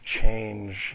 change